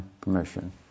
permission